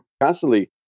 constantly